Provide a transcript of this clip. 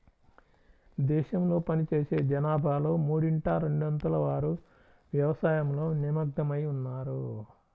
దేశంలో పనిచేసే జనాభాలో మూడింట రెండొంతుల వారు వ్యవసాయంలో నిమగ్నమై ఉన్నారు